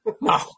No